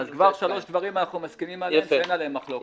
אז כבר אנחנו מסכימים על שלושה דברים ואין עליהם מחלוקת.